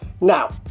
Now